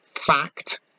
fact